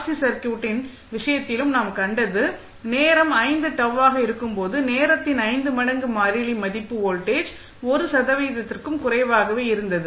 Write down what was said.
C சர்க்யூட்டின் விஷயத்திலும் நாம் கண்டது நேரம் 5 τ ஆக இருக்கும்போது நேரத்தின் 5 மடங்கு மாறிலி மதிப்பு வோல்டேஜ் 1 சதவீதத்திற்கும் குறைவாகவே இருந்தது